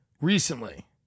recently